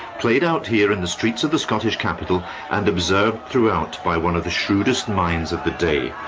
played out here in the streets of the scottish capital and observed throughout by one of the shrewdest minds of the day,